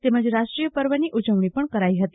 તેમજ રાષ્ટ્રીય પર્વની ઉજવણી પણ કરાઈ હતી